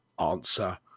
Answer